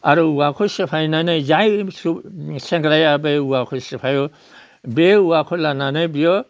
आरो औवाखौ सेफायनानै जाय सेंग्राया बे औवाखौ सिफायो बे औवाखौ लानानै बियो